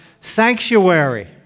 sanctuary